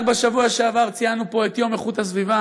רק בשבוע שעבר ציינו פה את יום הגנת הסביבה,